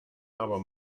aber